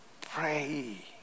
pray